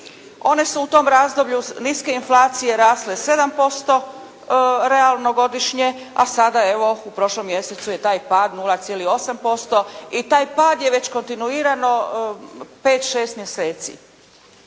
one su u tom razdoblju niske inflacije rasle 7% realno godišnje a sada evo u prošlom mjesecu je tad pad 0,8% i taj pad je već kontinuirano 5, 6 mjeseci.